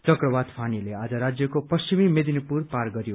चक्रवात फानीले आज राज्यको पश्चिमी मेदिनीपुर पार गरयो